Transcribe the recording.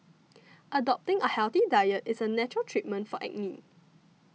adopting a healthy diet is a natural treatment for acne